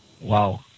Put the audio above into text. Wow